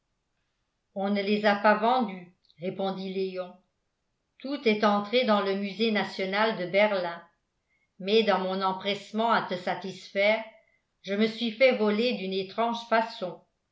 on ne les a pas vendues répondit léon tout est entré dans le musée national de berlin mais dans mon empressement à te satisfaire je me suis fait voler d'une étrange façon